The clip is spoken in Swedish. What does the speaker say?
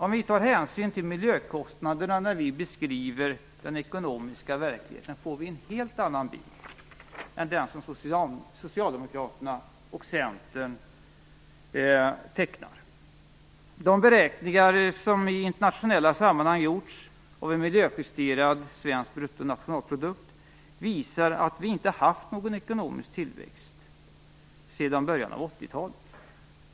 Om vi tar hänsyn till miljökostnaderna när vi beskriver den ekonomiska verkligheten får vi en helt annan bild än den som Socialdemokraterna och Centern tecknar. De beräkningar som i internationella sammanhang gjorts av en miljöjusterad svensk bruttonationalprodukt visar att vi inte har haft någon ekonomisk tillväxt sedan början av 80-talet.